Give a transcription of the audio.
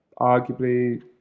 arguably